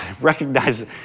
recognize